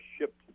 shipped